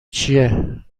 چیه